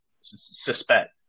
suspect